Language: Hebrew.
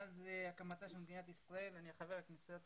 מאז הקמתה של מדינת ישראל, אני חבר הכנסת